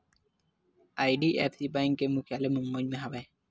IDFC bank के मुख्यालय मुबई म हवय